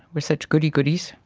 we are such goody-goodies.